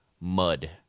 mud